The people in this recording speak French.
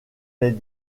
les